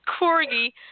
corgi